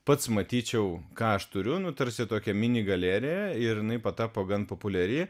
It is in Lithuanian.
pats matyčiau ką aš turiu nu tarsi tokią mini galeriją ir jinai patapo gan populiari